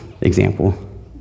example